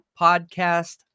podcast